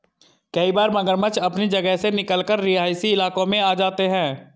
कई बार मगरमच्छ अपनी जगह से निकलकर रिहायशी इलाकों में आ जाते हैं